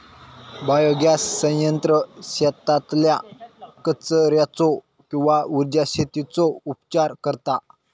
biogas संयंत्र शेतातल्या कचर्याचो किंवा उर्जा शेतीचो उपचार करता